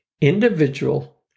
individual